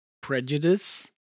Prejudice